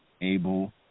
able